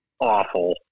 awful